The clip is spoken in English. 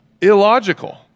illogical